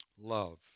Love